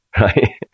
right